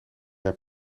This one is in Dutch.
jij